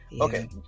Okay